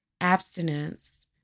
abstinence